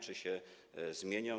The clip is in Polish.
Czy się zmienią?